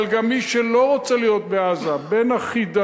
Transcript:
אבל גם מי שלא רוצה להיות בעזה, בין החידלון,